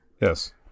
Yes